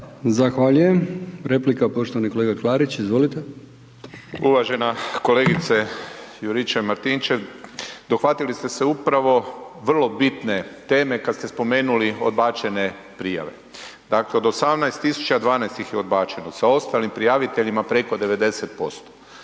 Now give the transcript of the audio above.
Zahvaljujem. Replika, poštovani kolega Klarić, izvolite. **Klarić, Tomislav (HDZ)** Uvažena kolegice Juričev Martinčev, dohvatili ste se upravo vrlo bitne teme kad ste spomenuli odbačene prijave. Dakle 18 000, 12 ih odbačeno, sa ostalim prijaviteljima preko 90%.